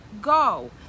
Go